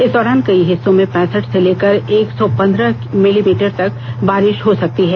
इस दौरान कई हिस्सों में पैंसठ से लेकर एक सौ पं द्र ह मिलीमीटर तक बारिश हो सकती है